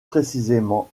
précisément